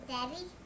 Daddy